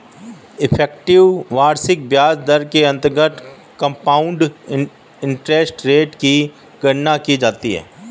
effective वार्षिक ब्याज दर के अंतर्गत कंपाउंड इंटरेस्ट रेट की गणना की जाती है